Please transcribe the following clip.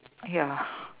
ya